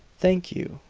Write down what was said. thank you,